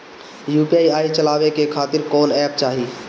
UPI चलवाए के खातिर कौन एप चाहीं?